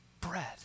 bread